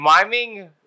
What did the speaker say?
Miming